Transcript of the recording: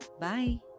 Bye